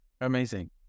Amazing